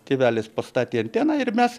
tėvelis pastatė anteną ir mes